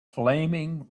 flaming